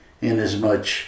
inasmuch